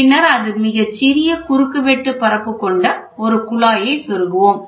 பின்னர் மிகச் சிறிய குறுக்கு வெட்டுபரப்பு கொண்ட ஒரு குழாயைச் செருகுவோம்